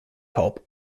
pulp